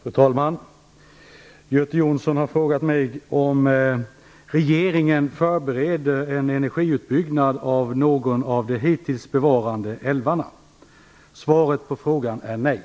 Fru talman! Göte Jonsson har frågat mig om regeringen förbereder en energiutbyggnad av någon av de hittills bevarade älvarna. Svaret på frågan är nej.